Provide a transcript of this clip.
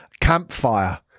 campfire